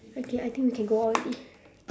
okay I think we can go out already